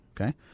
Okay